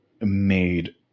made